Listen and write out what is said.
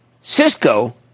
Cisco